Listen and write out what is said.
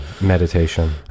meditation